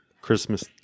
Christmas